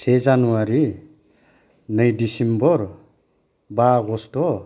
से जानुवारि नै दिसेम्बर बा आगष्ट